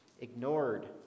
ignored